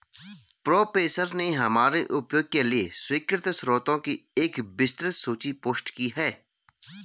professor ने हमारे उपयोग के लिए स्वीकृत स्रोतों की एक विस्तृत सूची पोस्ट की